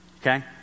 okay